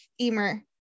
Emer